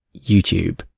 YouTube